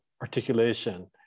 articulation